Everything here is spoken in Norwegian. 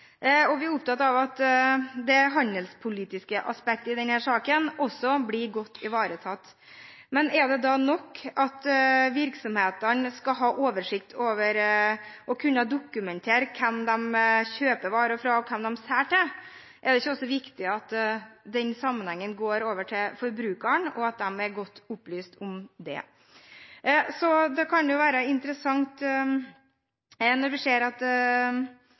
mulig. Vi er opptatt av at det handelspolitiske aspektet i denne saken også blir godt ivaretatt, men er det da nok at virksomhetene skal ha oversikt over og kunne dokumentere hvem de kjøper varer fra, og hvem de selger til? Er det ikke også viktig at den sammenhengen formidles til forbrukerne, og at de er godt opplyst om det? Så kan det være interessant,